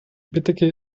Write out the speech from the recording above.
bettdecke